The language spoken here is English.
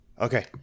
Okay